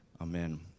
Amen